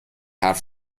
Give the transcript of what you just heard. حرف